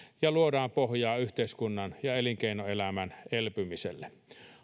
ja luodaan pohjaa yhteiskunnan ja elinkeinoelämän elpymiselle